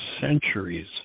centuries